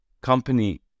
company